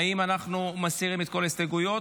האם אנחנו מסירים את כל ההסתייגויות?